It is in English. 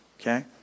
Okay